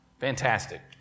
Fantastic